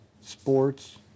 sports